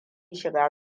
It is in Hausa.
shiga